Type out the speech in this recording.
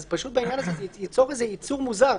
אז בעניין הזה זה ייצור יצור מוזר.